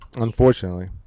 unfortunately